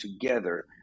together